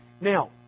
Now